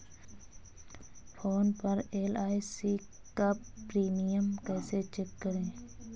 Phone पर LIC का premium कैसे चेक करें?